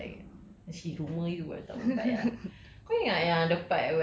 chill lah like sort of like she rumour you tak berapa baik lah